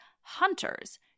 hunters